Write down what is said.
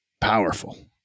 powerful